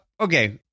Okay